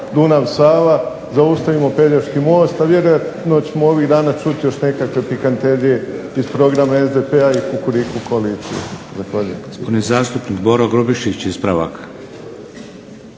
Dunava – Sava, zaustavimo Pelješki most, a vjerojatno ćemo ovih dana čuti još nekakve pikanterije iz programa SDP-a i "kukuriku" koalicije. Zahvaljujem.